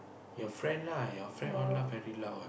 your friend lah your friend all laugh very loud